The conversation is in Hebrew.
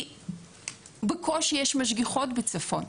יש בקושי משגיחות בצפון,